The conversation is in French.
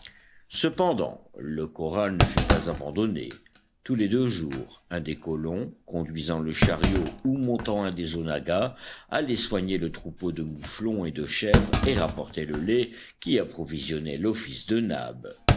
cependant le corral ne fut pas abandonné tous les deux jours un des colons conduisant le chariot ou montant un des onaggas allait soigner le troupeau de mouflons et de chèvres et rapportait le lait qui approvisionnait l'office de nab